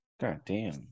goddamn